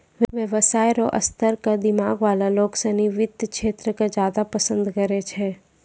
व्यवसाय र स्तर क दिमाग वाला लोग सिनी वित्त क्षेत्र क ज्यादा पसंद करै छै